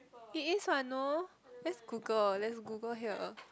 it is what no lets Google lets Google here